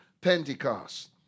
Pentecost